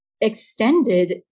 extended